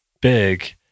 big